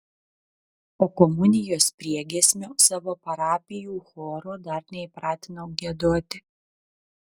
o komunijos priegiesmio savo parapijų chorų dar neįpratinau giedoti